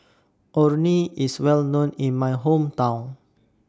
Orh Nee IS Well known in My Hometown